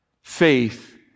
faith